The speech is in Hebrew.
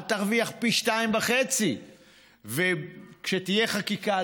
אל תרוויח פי 2.5. כשתהיה חקיקה,